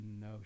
No